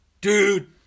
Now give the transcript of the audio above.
dude